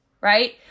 right